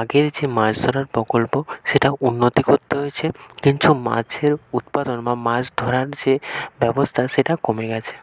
আগের যে মাছ ধরার প্রকল্প সেটা উন্নতি করতে হয়েছে কিছু মাছের উৎপাদন বা মাছ ধরার যে ব্যবস্থা সেটা কমে গিয়েছে